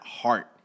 heart